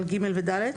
על (ג) ו-(ד)?